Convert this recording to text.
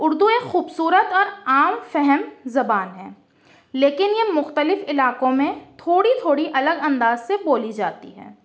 اردو ایک خوبصورت اور عام فہم زبان ہے لیکن یہ مختلف علاقوں میں تھوڑی تھوڑی الگ انداز سے بولی جاتی ہیں